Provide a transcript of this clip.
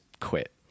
quit